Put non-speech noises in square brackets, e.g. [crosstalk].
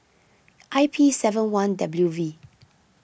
[noise] I P seven one W V